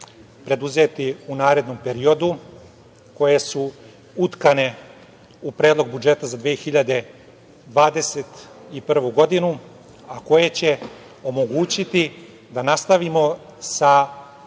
preduzeti u narednom periodu koje su utkane u Predlog budžeta za 2021. godinu, a koje će omogućiti da nastavimo sa